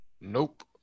Nope